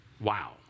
wow